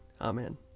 Amen